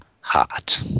heart